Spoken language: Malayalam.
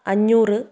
അഞ്ഞൂറ്